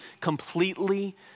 completely